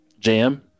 JM